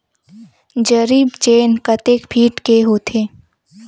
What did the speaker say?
जरीब चेन कतेक फीट के होथे?